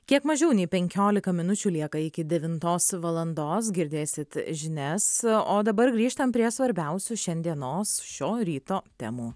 kiek mažiau nei penkiolika minučių lieka iki devintos valandos girdėsit žinias o dabar grįžtam prie svarbiausių šiandienos šio ryto temų